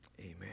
Amen